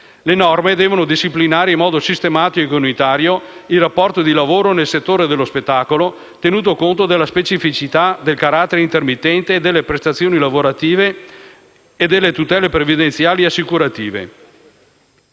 le norme devono disciplinare in modo sistematico e unitario il rapporto di lavoro nel settore dello spettacolo, tenuto conto delle specificità e del carattere intermittente delle prestazioni lavorative e delle tutele previdenziali e assicurative.